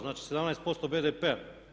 Znači, 17% BDP-a.